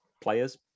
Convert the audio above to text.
players